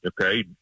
okay